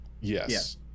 Yes